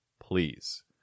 please